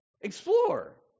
Explore